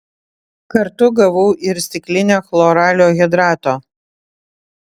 kartu gavau ir stiklinę chloralio hidrato